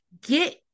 get